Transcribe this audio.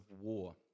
war